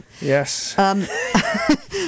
yes